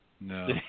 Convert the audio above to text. No